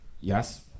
Yes